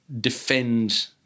defend